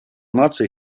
наций